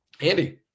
Andy